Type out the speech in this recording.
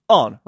on